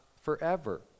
forever